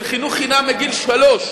של חינוך חינם מגיל שלוש,